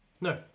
no